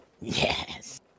Yes